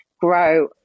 grow